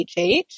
HH